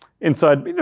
inside